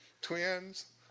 Twins